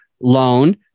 loan